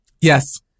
Yes